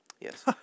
yes